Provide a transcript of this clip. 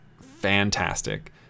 fantastic